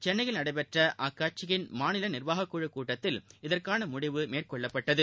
சென்னையில் நடைபெற்ற அக்கட்சியின் மாநில நிர்வாகக்குழு கூட்டத்தில் இதற்கான முடிவு மேற்கொள்ளப்பட்டது